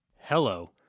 Hello